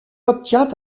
obtient